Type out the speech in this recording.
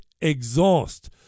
exhaust